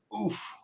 oof